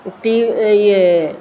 T इहे